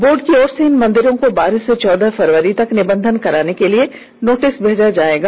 board की तरफ से इन मंदिरों को बारह से चौदह फरवरी तक निबंधन कराने के लिए नोटिस भेजा जायेगा